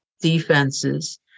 defenses